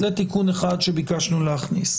זה תיקון אחד שביקשנו להכניס.